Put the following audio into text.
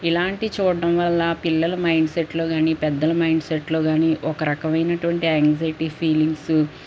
ఇలాంటివి చూడ్డం వల్ల పిల్లలు మైండ్సెట్లోగాని పెద్దల మైండ్సెట్లోగాని ఒకరకమైనటువంటి యాంక్సైటీ ఫీలింగ్సు